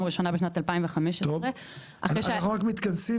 הראשונה בשנת 2015. אנחנו רק מתכנסים,